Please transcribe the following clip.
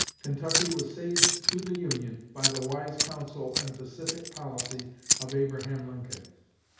kentucky was saved to the union by the wise counsel and pacific policy of abraham lincoln.